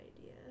idea